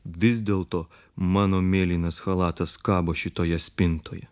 vis dėlto mano mėlynas chalatas kabo šitoje spintoje